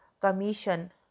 commission